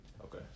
okay